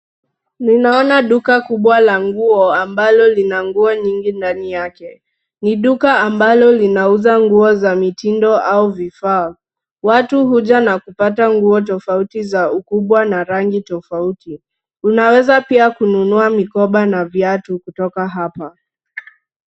Ninaona duka kubwa la nguo ambalo lina nguo nyingi ndani yake. Ni duka ambalo linauza nguo za mitindo au vifaa. Watu huja na kupata nguo tofauti za ukubwa na rangi tofauti .Unaeza pia kununua mikoba na viatu kutoka hapa.